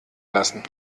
lassen